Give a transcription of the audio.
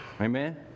Amen